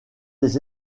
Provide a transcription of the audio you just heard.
des